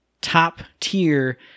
top-tier